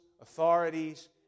authorities